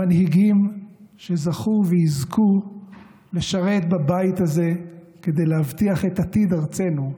למנהיגים שזכו ויזכו לשרת בבית הזה כדי להבטיח את עתיד ארצנו,